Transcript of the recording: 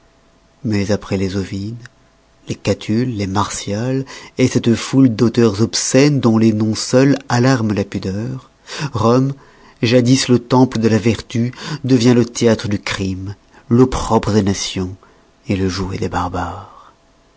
mais après les ovides les catulles les martials cette foule d'auteurs obscènes dont les noms seuls alarment la pudeur rome jadis le temple de la vertu devient le théâtre du crime l'opprobre des nations le jouet des barbares